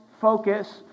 focus